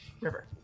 river